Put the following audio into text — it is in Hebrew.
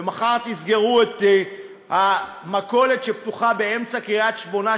ומחר תסגרו את המכולת שפתוחה באמצע קריית-שמונה,